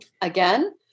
Again